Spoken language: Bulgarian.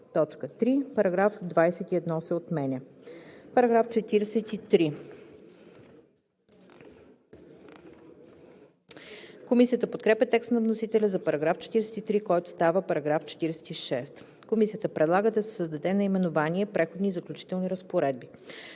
3. Параграф 21 се отменя.“ Комисията подкрепя текста на вносителя за § 43, който става § 46. Комисията предлага да се създаде наименование „Преходни и заключителни разпоредби“.